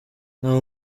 nta